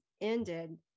ended